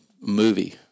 movie